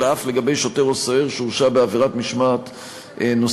אלא אף לגבי שוטר או סוהר שהורשע בעבירת משמעת נוספת,